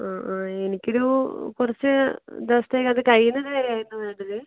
ആ ആ എനിക്കൊരു കുറച്ച് ദിവസത്തേക്ക് അത് കൈന്നങ്ങനെ എടുത്ത് വേണ്ടത്